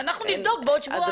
אנחנו נבדוק בעוד שבועיים.